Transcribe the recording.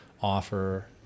offer